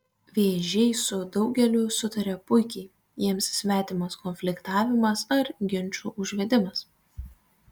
vėžiai su daugeliu sutaria puikiai jiems svetimas konfliktavimas ar ginčų užvedimas